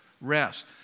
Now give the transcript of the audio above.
Rest